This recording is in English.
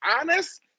honest –